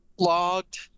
Logged